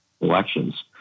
elections